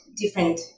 different